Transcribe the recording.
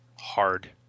Hard